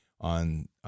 on